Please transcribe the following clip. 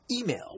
Email